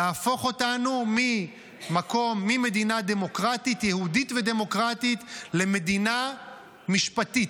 להפוך אותנו ממדינה יהודית ודמוקרטית למדינה משפטית,